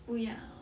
不要